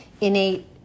innate